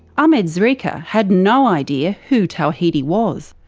ahmed zreika had no idea who tawhidi was.